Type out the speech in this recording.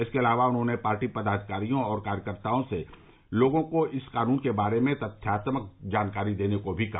इसके अलावा उन्होंने पार्टी पदाधिकारियों और कार्यकर्ताओं से लोगों को इस क़ानून के बारे में तथ्यात्मक जानकारी देने को भी कहा